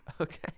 Okay